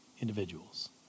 individuals